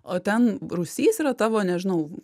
o ten rūsys yra tavo nežinau